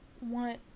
want